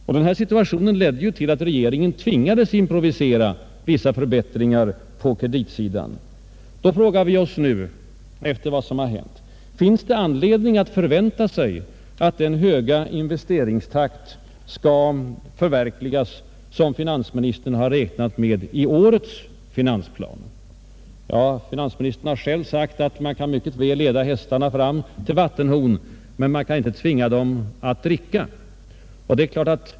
Läget blev så besvärligt att regeringen tvingades improvisera vissa förbättringar på kreditsidan under våren. Efter vad som har hänt frågar vi oss därför nu: Finns det anledning att förvänta sig att den höga investeringstakt skall förverkligas som finansministern har räknat med i årets finansplan? Finansministern har själv sagt att man mycket väl kan leda hästarna fram till vattenhon men att man inte kan tvinga dem att dricka.